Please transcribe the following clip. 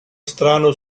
strano